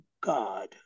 God